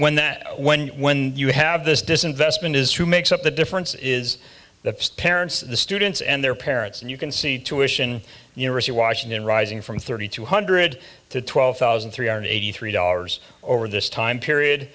when that when you have this disinvestment is who makes up the difference is the parents the students and their parents and you can see tuitions university washington rising from thirty two hundred to twelve thousand three hundred eighty three dollars over this time period